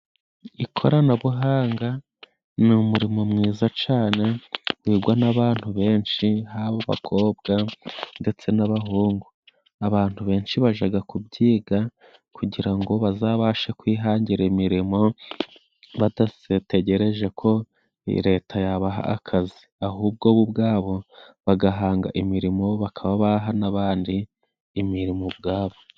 Ikoranabuhanga ni umurimo mwiza cane wigwa n'abantu benshi, haba abakobwa ndetse n'abahungu. Abantu benshi bajaga kubyiga kugira ngo bazabashe kwihangira imirimo, badategereje ko iyi leta yabaha akazi, ahubwo bo ubwabo bagahanga imirimo bakaba baha n'abandi imirimo ubwabo.